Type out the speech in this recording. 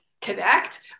connect